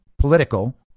political